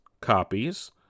copies